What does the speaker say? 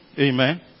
Amen